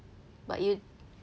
but you